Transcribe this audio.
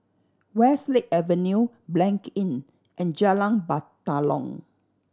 Westlake Avenue Blanc Inn and Jalan Batalong